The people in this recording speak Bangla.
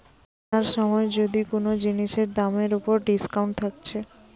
কিনার সময় যদি কুনো জিনিসের দামের উপর ডিসকাউন্ট থাকছে